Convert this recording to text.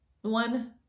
One